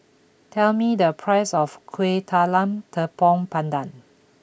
tell me the price of Kuih Talam Tepong Pandan